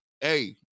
hey